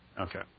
Okay